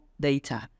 data